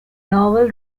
novel